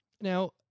Now